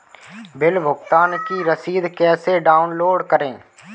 Bill भुगतान की रसीद कैसे डाउनलोड करें?